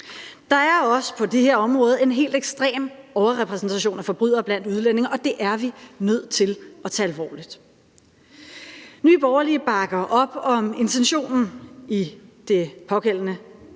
Der er også på det her område en helt ekstrem overrepræsentation af forbrydere blandt udlændinge, og det er vi nødt til at tage alvorligt. Nye Borgerlige bakker op om intentionen i nærværende